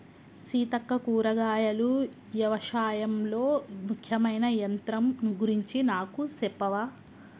సీతక్క కూరగాయలు యవశాయంలో ముఖ్యమైన యంత్రం గురించి నాకు సెప్పవా